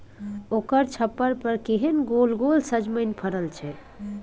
ओकर छप्पर पर केहन गोल गोल सजमनि फड़ल छै